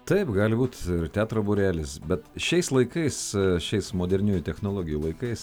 taip gali būt teatro būrelis bet šiais laikais šiais moderniųjų technologijų laikais